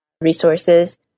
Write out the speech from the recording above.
resources